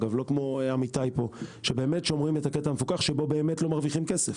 לא כמו עמיתיי ששומרים את הקטע המפוקח שבו באמת לא מרוויחים כסף.